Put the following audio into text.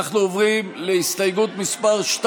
אנחנו עוברים להסתייגות 2,